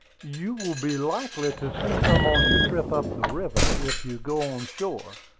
you will be likely to see some on your trip up the river, if you go on shore.